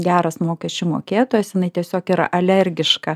geras mokesčių mokėtojas jinai tiesiog yra alergiška